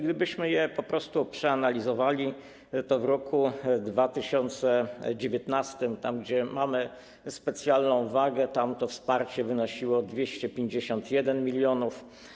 Gdybyśmy je po prostu przeanalizowali, to w roku 2019 tam, gdzie mamy specjalną wagę, to wsparcie wynosiło 251 mln.